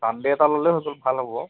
Sunday এটা ল'লে হ'ল ভাল হ'ব